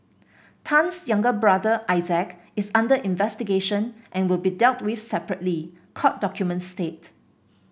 Tan's younger brother Isaac is under investigation and will be dealt with separately court documents state